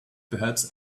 perhaps